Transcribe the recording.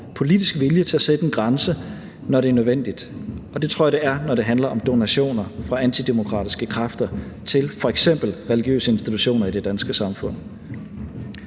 politisk vilje til at sætte en grænse, når det er nødvendigt. Og det tror jeg det er, når det handler om donationer fra antidemokratiske kræfter til f.eks. religiøse institutioner i det danske samfund.